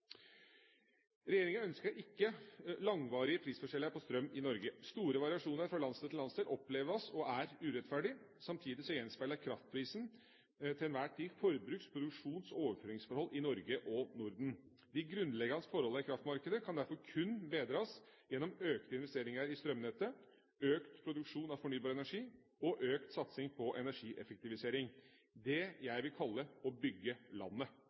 Regjeringa ønsker ikke langvarige prisforskjeller på strøm i Norge. Store variasjoner fra landsdel til landsdel oppleves og er urettferdig. Samtidig gjenspeiler kraftprisen til enhver tid forbruks-, produksjons- og overføringsforhold i Norge og Norden. De grunnleggende forholdene i kraftmarkedet kan derfor kun bedres gjennom økte investeringer i strømnettet, økt produksjon av fornybar energi og økt satsing på energieffektivisering – det jeg vil kalle å bygge landet.